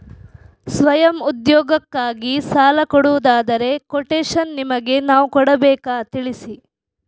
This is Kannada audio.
ಸ್ವಯಂ ಉದ್ಯೋಗಕ್ಕಾಗಿ ಸಾಲ ಕೊಡುವುದಾದರೆ ಕೊಟೇಶನ್ ನಿಮಗೆ ನಾವು ಕೊಡಬೇಕಾ ತಿಳಿಸಿ?